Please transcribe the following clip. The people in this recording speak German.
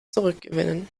zurückgewinnen